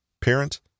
parent